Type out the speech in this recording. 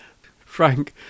Frank